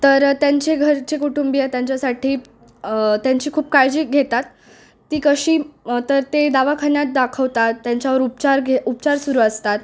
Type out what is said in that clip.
तर त्यांचे घरचे कुटुंबीय त्यांच्यासाठी त्यांची खूप काळजी घेतात ती कशी तर ते दवाखान्यात दाखवतात त्यांच्यावर उपचार घे उपचार सुरू असतात